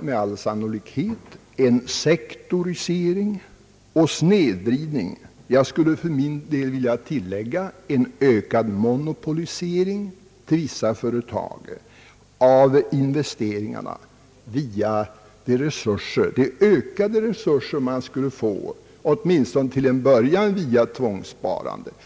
med all sannolikhet kommer att innebära en sektorisering och snedvridning. Jag skulle för min del vilja tillägga: en ökad monopolisering hos vissa företag av investeringarna via de ökade resurser man åtminstone till en början skulle få genom tvångssparandet.